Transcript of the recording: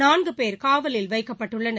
நான்கு பேர் காவலில் வைக்கப்பட்டுள்ளனர்